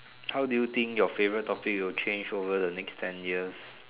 how do you think your favourite topic will change over the next ten years